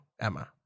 Emma